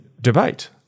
debate